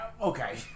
okay